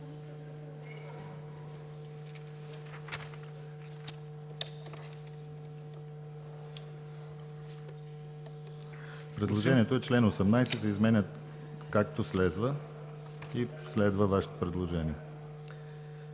Предложението е: чл. 18 се изменя, както следва, и следва Вашето предложение.